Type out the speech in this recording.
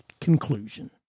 conclusion